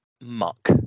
muck